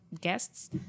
guests